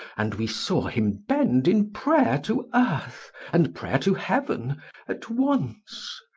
and we saw him bend in prayer to earth and prayer to heaven at once.